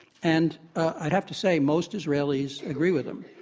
and i'd have to say most israelis agree with him.